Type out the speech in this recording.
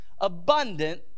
Abundant